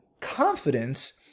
confidence